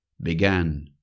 began